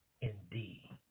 indeed